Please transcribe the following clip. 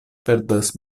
perdas